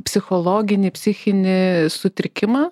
psichologinį psichinį sutrikimą